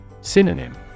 Synonym